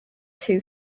two